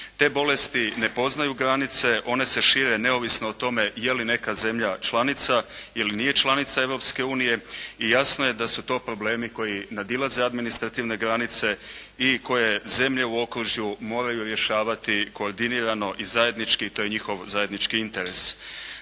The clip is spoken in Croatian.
Te bolesti ne poznaju granice, one se šire neovisno o tome je li neka zemlja članica ili nije članica Europske unije i jasno je su to problemi koji nadilaze administrativne granice i koje zemlje u okružju moraju rješavati koordinirano i zajednički to je njihov zajednički interes.